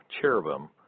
cherubim